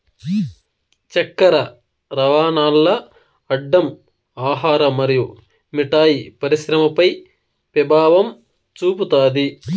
చక్కర రవాణాల్ల అడ్డం ఆహార మరియు మిఠాయి పరిశ్రమపై పెభావం చూపుతాది